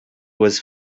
was